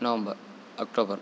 November October